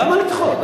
למה לדחות?